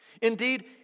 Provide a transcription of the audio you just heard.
Indeed